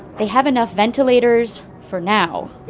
they have enough ventilators for now